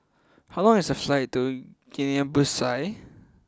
how long is the flight to Guinea Bissau